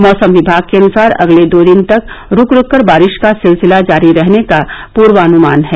मौसम विभाग के अनुसार अगले दो दिन तक रूक रूक कर बारिश का सिलसिला जारी रहने का पूर्वानुमान है